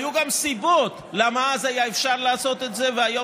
היו גם סיבות למה אז היה אפשר לעשות את זה והיום